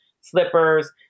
slippers